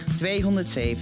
207